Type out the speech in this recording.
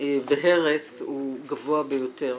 והרס הוא גבוה ביותר.